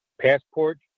passport